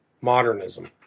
modernism